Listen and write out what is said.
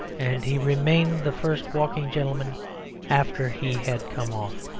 and he remained the first walking gentleman after he had come off.